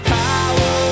power